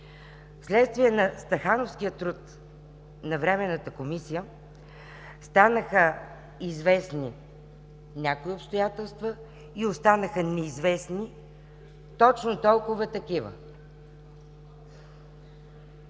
Вследствие на стахановския труд на Временната комисия станаха известни някои обстоятелства и останаха неизвестни точно толкова такива.